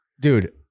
Dude